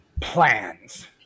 plans